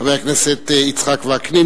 חבר הכנסת יצחק וקנין,